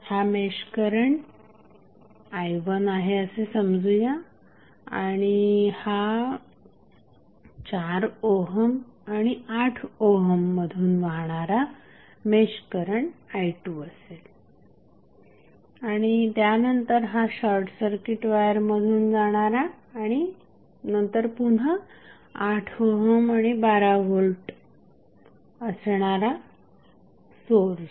हा mesh current i1आहे असे समजूया आणि हा 4 ओहम आणि 8 ओहम मधून वाहणारा मेश करंट i2 असेल आणि त्यानंतर हा शॉर्टसर्किट वायर मधून जाणारा आणि नंतर पुन्हा 8 ओहम आणि 12 व्होल्ट असणारा सोर्स